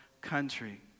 country